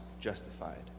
justified